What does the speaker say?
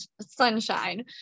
sunshine